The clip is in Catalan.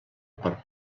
per